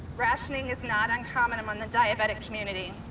rationing is not uncommon among the diabetic community.